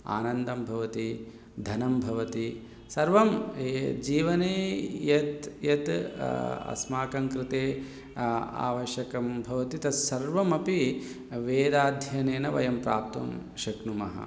आनन्दं भवति धनं भवति सर्वं ये जीवने यद् यद् अस्माकं कृते आवश्यकं भवति तत्सर्वमपि वेदाध्ययनेन वयं प्राप्तुं शक्नुमः